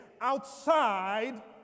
outside